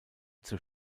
zur